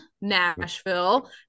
nashville